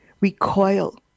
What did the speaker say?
recoil